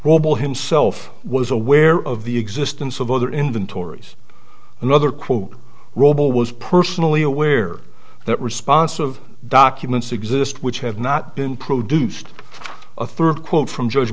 robel himself was aware of the existence of other inventories another quote robel was personally aware that response of documents exist which have not been produced a third quote from judge